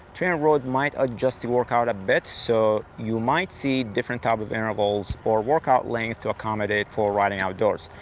trainerroad might adjust the workout a bit, so you might see different type of intervals or workout length to accommodate for riding outdoors.